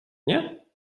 nie